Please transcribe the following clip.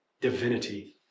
divinity